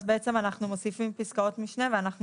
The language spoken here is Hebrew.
אז בעצם אנחנו מוסיפים פסקאות משנה ואנחנו